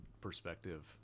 perspective